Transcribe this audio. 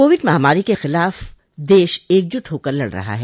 Covid महामारी के खिलाफ देश एकजुट होकर लड़ रहा है